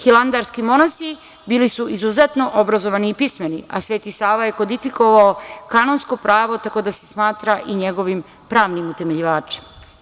Hilandarski monasi bili su izuzetno obrazovani i pismeni, a Sveti Sava je kodifikovao kanonsko pravo, tako da se smatra i njegovim pravnim utemeljivačem.